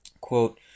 Quote